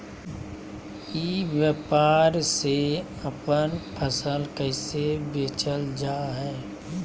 ई व्यापार से अपन फसल कैसे बेचल जा हाय?